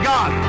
God